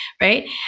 right